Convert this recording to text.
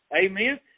Amen